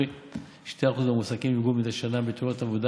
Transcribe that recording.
קרי כ-2% מהמועסקים נפגעו מדי שנה בתאונת עבודה